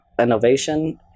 innovation